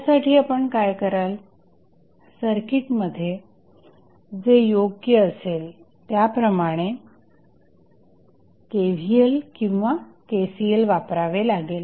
यासाठी आपण काय कराल सर्किटमध्ये जे योग्य असेल त्याप्रमाणे KVL किंवा KCL वापरावे लागेल